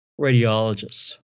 radiologists